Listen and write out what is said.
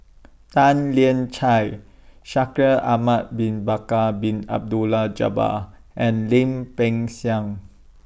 Tan Lian Chye Shaikh Ahmad Bin Bakar Bin Abdullah Jabbar and Lim Peng Siang